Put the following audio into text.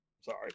sorry